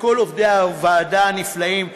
לכל עובדי הוועדה הנפלאים,